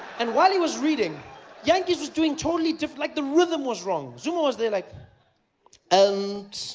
and while he was reading jantjies was doing totally different, like the rhythm was wrong zuma was there like and